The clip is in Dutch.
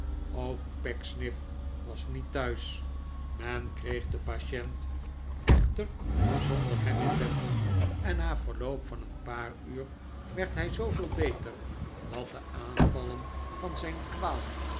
ook pecksniff was niet thuis men kreeg den patient echter zonder hem in bed en na verloop van een paar uur werd hij zooveel beter dat de aanvallen van zijn kwaal